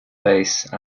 base